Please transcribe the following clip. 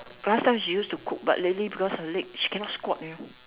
last time she used to cook but lately because her leg she cannot squat you know